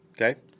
Okay